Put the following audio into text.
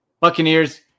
Buccaneers